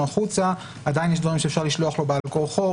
החוצה עדיין יש דברים שאפשר לשלוח לו בעל כורחו.